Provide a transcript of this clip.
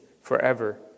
forever